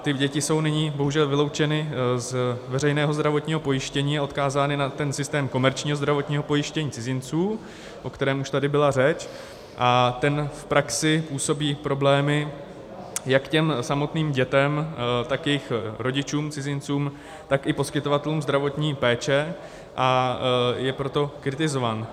Ty děti jsou nyní bohužel vyloučeny z veřejného zdravotního pojištění a jsou odkázány na systém komerčního zdravotního pojištění cizinců, o kterém už tady byla řeč, a ten v praxi působí problémy jak těm samotným dětem, tak jejich rodičům cizincům, tak i poskytovatelům zdravotní péče, a je proto dlouhodobě kritizován.